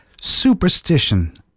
superstition